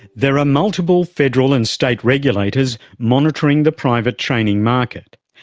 there are multiple federal and state regulators monitoring the private training market.